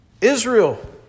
Israel